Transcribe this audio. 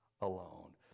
alone